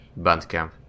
Bandcamp